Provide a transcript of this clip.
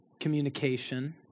communication